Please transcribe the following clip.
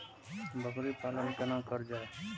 बकरी पालन केना कर जाय?